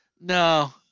No